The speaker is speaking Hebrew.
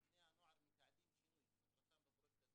חוסר בדיקה,